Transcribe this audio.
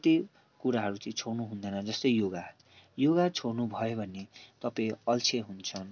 कति कुराहरू चाहिँ छोड्नु हुँदैन जस्तै योगा योगा छोड्नु भयो भने तपाईँ अल्छे हुन्छन्